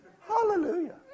Hallelujah